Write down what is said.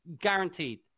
Guaranteed